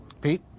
Pete